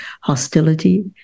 hostility